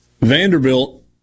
Vanderbilt